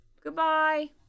Goodbye